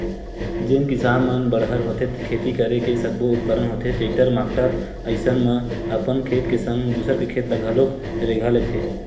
जेन किसान मन बड़हर होथे खेती करे के सब्बो उपकरन होथे टेक्टर माक्टर अइसन म अपन खेत के संग दूसर के खेत ल घलोक रेगहा लेथे